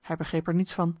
hij begreep er niets van